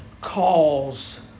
calls